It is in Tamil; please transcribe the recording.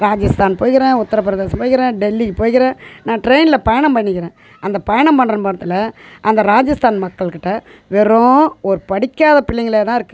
ராஜஸ்தான் போயிக்கிறேன் உத்தரப்பிரதேசம் போயிக்கிறேன் டெல்லிக்கு போயிக்கிறேன் நான் ன் ட்ரைனில் பயணம் பண்ணிக்கிறேன் அந்த பயணம் பண்ணுற போகறத்துல அந்த ராஜஸ்தான் மக்கள் கிட்ட வெறும் ஒரு படிக்காத பிள்ளைங்களாகதான் இருக்கு